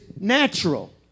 natural